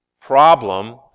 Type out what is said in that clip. problem